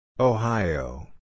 Ohio